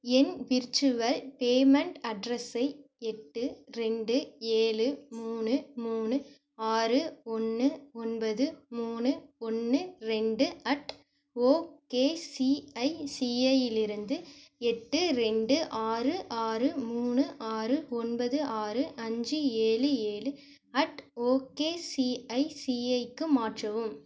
என் virtual payment அட்ரெஸை எட்டு ரெண்டு ஏழு மூணு மூணு ஆறு ஒன்று ஒன்பது மூணு ஒன்று ரெண்டு அட் ஓகேசிஐசிஐயிலிருந்து எட்டு ரெண்டு ஆறு ஆறு மூணு ஆறு ஒன்பது ஆறு அஞ்சு ஏழு ஏழு அட் ஓகேசிஐசிஐக்கு மாற்றவும்